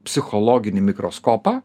psichologinį mikroskopą